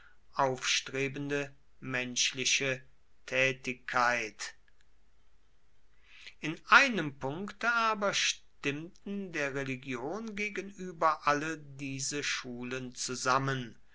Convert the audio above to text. aufstrebende menschliche tätigkeit in einem punkte aber stimmten der religion gegenüber alle diese schulen zusammen